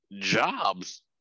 jobs